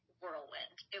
whirlwind